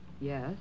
Yes